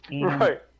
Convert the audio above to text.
Right